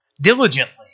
diligently